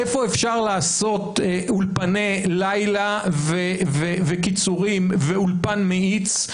איפה אפשר לעשות אולפני לילה וקיצורים ואולפן מאיץ,